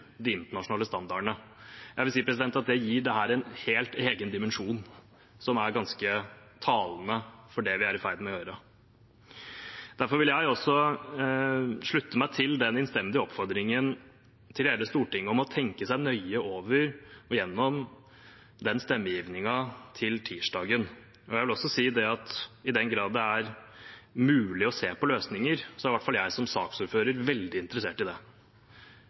de internasjonale standardene. Jeg vil si at det gir dette en helt egen dimensjon, som er ganske talende for det vi er i ferd med å gjøre. Derfor vil jeg også slutte meg til den innstendige oppfordringen til hele Stortinget om å tenke nøye over og igjennom stemmegivningen til tirsdag. Jeg vil også si at i den grad det er mulig å se på løsninger, er i hvert fall jeg som saksordfører veldig interessert i det.